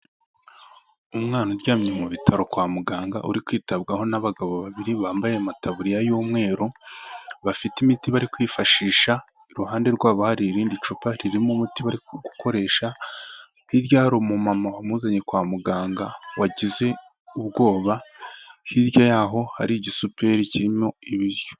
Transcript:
Umwana uryamye mu bitaro kwa muganga uri kwitabwaho n'abagabo babiri bambaye amataburiya y'umweru bafite imiti bari kwifashisha, iruhande rwabo hari irindi cupa ririmo umuti bari gukoresha, hirya hari umumama wamuzanye kwa muganga wagize ubwoba, hirya yaho hari igisuperi kirimo ibiryo.